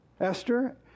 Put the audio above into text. Esther